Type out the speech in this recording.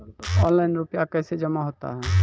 Online रुपये कैसे जमा होता हैं?